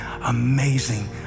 amazing